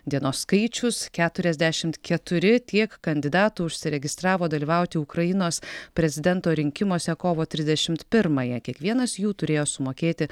dienos skaičius keturiasdešimt keturi tiek kandidatų užsiregistravo dalyvauti ukrainos prezidento rinkimuose kovo trisdešimt pirmąją kiekvienas jų turėjo sumokėti